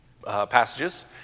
Passages